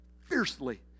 fiercely